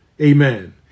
Amen